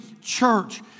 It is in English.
church